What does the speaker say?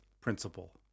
principle